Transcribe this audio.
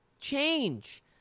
change